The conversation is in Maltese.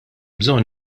bżonn